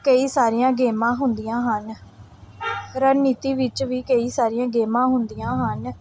ਕਈ ਸਾਰੀਆਂ ਗੇਮਾਂ ਹੁੰਦੀਆਂ ਹਨ ਰਣਨੀਤੀ ਵਿੱਚ ਵੀ ਕਈ ਸਾਰੀਆਂ ਗੇਮਾਂ ਹੁੰਦੀਆਂ ਹਨ